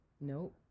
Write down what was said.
Nope